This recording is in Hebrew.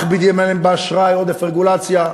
מכבידים עליהם באשראי, עודף רגולציה.